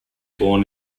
born